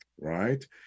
right